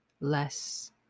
less